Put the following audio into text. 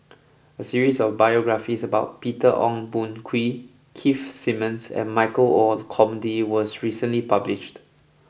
a series of biographies about Peter Ong Boon Kwee Keith Simmons and Michael Olcomendy was recently published